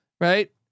right